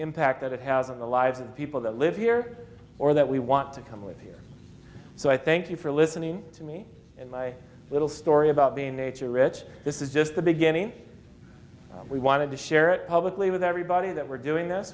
impact that it has on the lives of the people that live here or that we want to come with here so i thank you for listening to me and my little story about being nature rich this is just the beginning we wanted to share it publicly with everybody that we're doing this